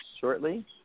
shortly